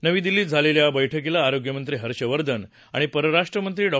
नवी दिल्लीत झालेल्या या बैठकीला आरोग्यमंत्री हर्षवर्धन आणि परराष्ट्र मंत्री डॉ